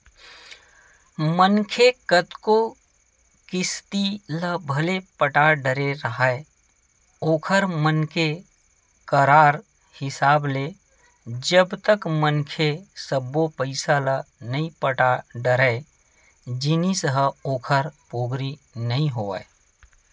मनखे कतको किस्ती ल भले पटा डरे राहय ओखर मन के करार हिसाब ले जब तक मनखे सब्बो पइसा ल नइ पटा डरय जिनिस ह ओखर पोगरी नइ होवय